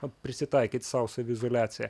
vat prisitaikyt sau saviizoliaciją